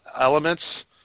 elements